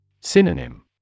Synonym